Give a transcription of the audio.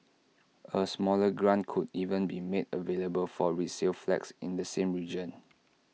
A smaller grant could even be made available for resale flats in the same region